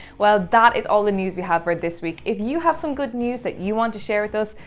well, that is all the news we have for this week, if you have some good news that you want to share with us,